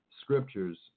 Scriptures